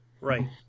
right